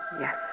Yes